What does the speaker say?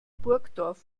burgdorf